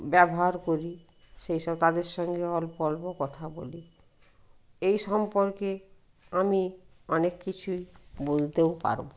ব্যবহার করি সেই সব তাদের সঙ্গে অল্প অল্প কথা বলি এই সম্পর্কে আমি অনেক কিছুই বলতেও পারব